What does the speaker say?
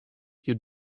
you